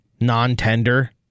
non-tender